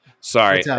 Sorry